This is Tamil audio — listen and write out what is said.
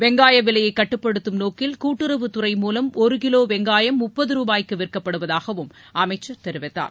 வெங்காய விலையை கட்டுப்படுத்தும் நோக்கில் கூட்டுறவுத்துறை மூலம் ஒரு கிலோ வெங்காயம் முப்பது ரூபாய்க்கு விற்கப்படுவதாகவும் அமைச்சர் தெரிவித்தார்